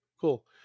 Cool